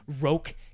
Roke